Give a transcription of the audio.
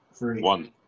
One